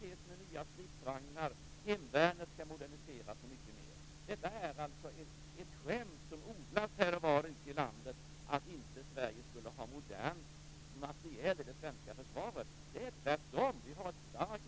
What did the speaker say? Den svenska kustflottan har inte varit bättre utrustad än vad den är i dag.